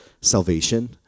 salvation